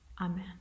Amen